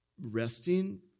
resting